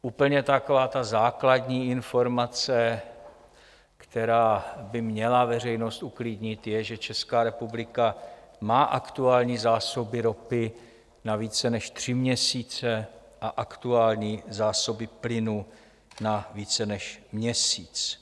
Úplně základní informace, která by měla veřejnost uklidnit, je, že Česká republika má aktuální zásoby ropy na více než tři měsíce a aktuální zásoby plynu na více než měsíc.